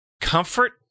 comfort